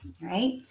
right